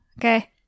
Okay